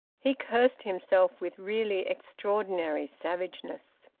he cursed himself with really extraordinary savageness.